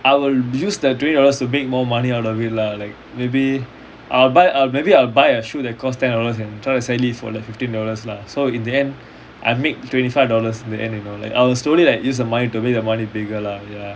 I will use the twenty dollars to make more money out of it lah like maybe I'll buy I'll maybe I'll buy a shoe that costs ten dollars and try to sell it for at least fifteen dollars lah so in the end I make twenty five dollars in the end you know like I'll slowly like use the money to make the money bigger lah ya